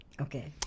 Okay